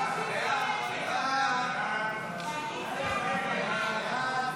סעיף 1, כהצעת הוועדה,